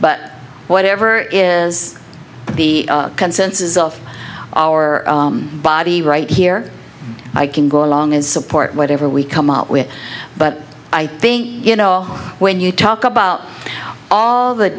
but whatever is the consensus of our body right here i can go along and support whatever we come up with but i think when you talk about all the